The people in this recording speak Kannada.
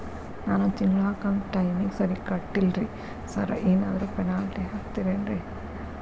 ನಾನು ತಿಂಗ್ಳ ಕಂತ್ ಟೈಮಿಗ್ ಸರಿಗೆ ಕಟ್ಟಿಲ್ರಿ ಸಾರ್ ಏನಾದ್ರು ಪೆನಾಲ್ಟಿ ಹಾಕ್ತಿರೆನ್ರಿ?